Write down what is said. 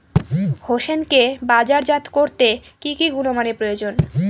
হোসেনকে বাজারজাত করতে কি কি গুণমানের প্রয়োজন?